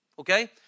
okay